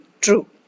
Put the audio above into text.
true